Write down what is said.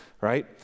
right